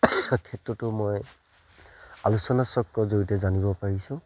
শিক্ষা ক্ষেত্ৰতো মই আলোচনাচক্ৰ জড়িয়তে জানিব পাৰিছোঁ